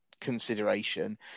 consideration